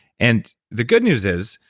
and the good news is,